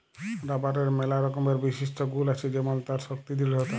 রাবারের ম্যালা রকমের বিশিষ্ট গুল আছে যেমল তার শক্তি দৃঢ়তা